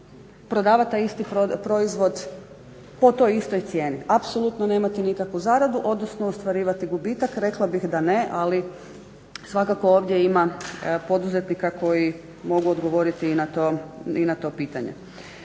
prodavat taj isti proizvod po toj istoj cijeni. Apsolutno nemate nikakvu zaradu, odnosno ostvarivati gubitak, rekli bih da ne, ali svakako ovdje ima poduzetnika koji mogu odgovoriti i na to pitanje.